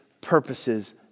purposes